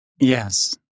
Yes